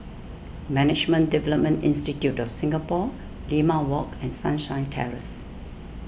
Management Development Institute of Singapore Limau Walk and Sunshine Terrace